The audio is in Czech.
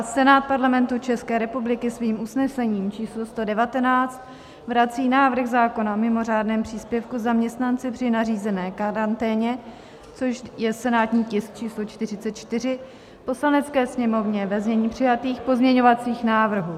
Senát Parlamentu České republiky svým usnesením číslo 119 vrací návrh zákona o mimo řádném příspěvku zaměstnanci při nařízené karanténě, což je senátní tisk číslo 44, Poslanecké sněmovně ve znění přijatých pozměňovacích návrhů.